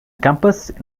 campus